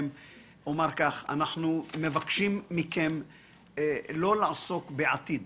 אנחנו מבקשים מכם לא לעסוק בעתיד,